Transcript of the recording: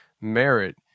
merit